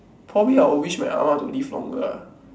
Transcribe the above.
probably I'll wish my ah-ma to live longer ah